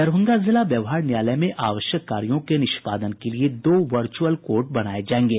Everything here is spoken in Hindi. दरभंगा जिला व्यवहार न्यायालय में आवश्यक कार्यों के निष्पादन के लिये दो वर्चूअल कोर्ट बनाये जायेंगे